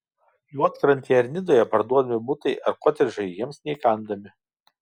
juodkrantėje ar nidoje parduodami butai ar kotedžai jiems neįkandami